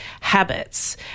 habits